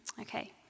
okay